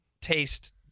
taste